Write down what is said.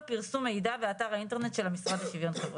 פרסום מידע באתר האינטרנט של המשרד לשוויון חברתי.